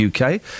UK